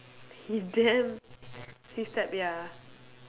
he damn his type ya